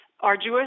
arduous